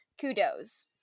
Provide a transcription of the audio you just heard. kudos